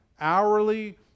hourly